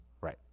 Right